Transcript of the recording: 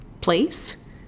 place